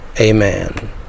Amen